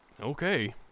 okay